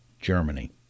Germany